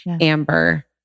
amber